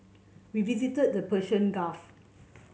we visited the Persian Gulf